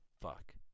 Fuck